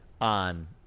on